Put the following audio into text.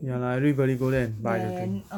ya lah everybody go there and buy the drink